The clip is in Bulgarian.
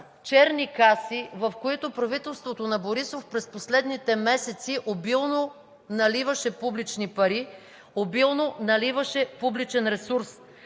черни каси, в които правителството на Борисов през последните месеци обилно наливаше публични пари, обилно наливаше публичен ресурс.